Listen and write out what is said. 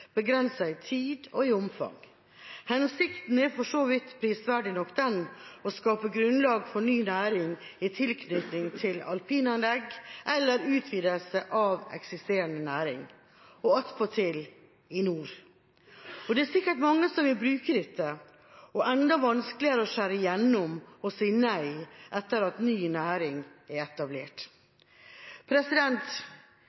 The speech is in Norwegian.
i tid og i omfang. Hensikten er for så vidt prisverdig nok: å skape grunnlag for ny næring i tilknytning til alpinanlegg eller utvidelse av eksisterende næring – og attpåtil i nord. Det er sikkert mange som vil bruke dette, og det blir enda vanskeligere å skjære gjennom og si nei etter at ny næring er